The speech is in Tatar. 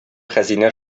хәзинә